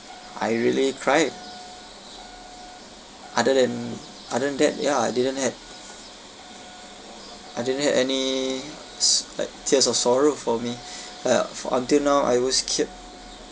I really cried other than other than that ya didn't have other than that any like tears of sorrow for me uh for until now I was cu~